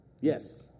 Yes